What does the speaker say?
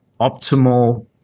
optimal